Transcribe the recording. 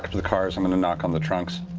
um to the cars, i'm going to knock on the trunks.